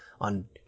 on